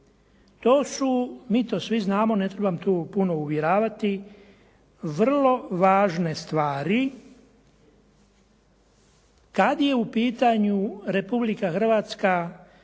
To su, mi to svi znamo ne trebam tu puno uvjeravati vrlo važne stvari kad je u pitanju Republika Hrvatska